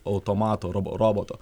automato robo roboto